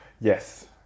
Yes